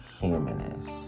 humanist